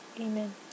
Amen